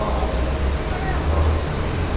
ꯑꯥ ah good ꯏꯕꯤꯅꯤꯡ